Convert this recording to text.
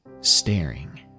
staring